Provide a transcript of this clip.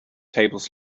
tables